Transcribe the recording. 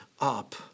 up